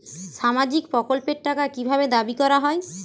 সামাজিক প্রকল্পের টাকা কি ভাবে দাবি করা হয়?